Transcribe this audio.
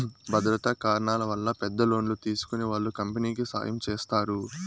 భద్రతా కారణాల వల్ల పెద్ద లోన్లు తీసుకునే వాళ్ళు కంపెనీకి సాయం చేస్తారు